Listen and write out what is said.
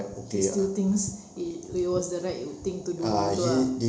he still thinks it it was the right thing to do itu ah